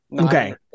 Okay